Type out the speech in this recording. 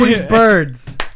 birds